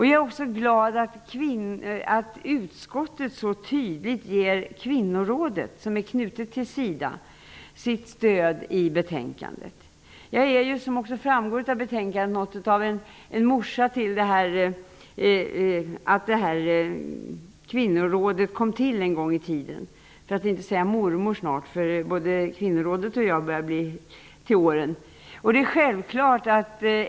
Jag är också glad att utskottet så tydligt ger Kvinnorådet, som är knutet till SIDA, sitt stöd i betänkandet. Som framgår av betänkandet är jag ju något av en ''morsa'' -- för att inte säga mormor snart, eftersom både Kvinnorådet och jag börjar bli till åren komna -- till att Kvinnorådet bildades en gång i tiden.